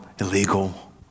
illegal